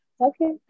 Okay